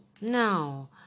now